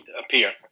appear